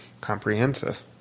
comprehensive